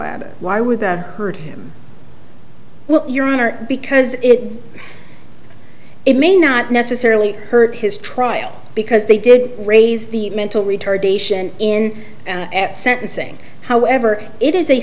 it why would that hurt him well your honor because it it may not necessarily hurt his trial because they did raise the mental retardation in and at sentencing however it is a